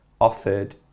offered